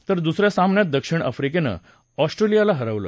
तर दुस या सामन्यात दक्षिण आफ्रीकेनं ऑस्ट्रेलियाला हरवलं